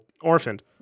orphaned